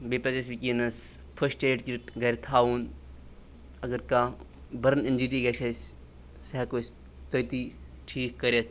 بیٚیہِ پَزِ اَسہِ وٕنکٮ۪نَس فٔسٹ ایڈ کِٹ گَرِ تھاوُن اگر کانٛہہ بٔرٕن اِنجری گَژھِ اَسہِ سُہ ہٮ۪کو أسۍ تٔتی ٹھیٖک کٔرِتھ